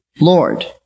Lord